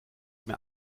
mehr